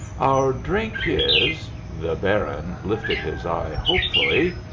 our drink is the baron lifted his eye hopefully.